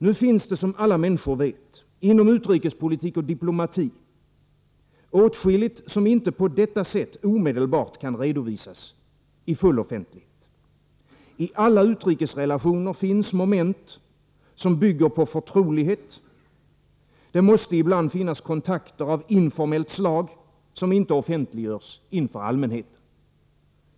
Nu finns, som alla människor vet, inom utrikespolitik och diplomati åtskilligt, som inte på detta sätt omedelbart kan redovisas fullt offentligt. I alla utrikesrelationer finns moment som bygger på förtrolighet. Det måste ibland finhas kontakter av informellt slag, som inte offentliggörs inför allmänheten.